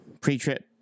pre-trip